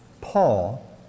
Paul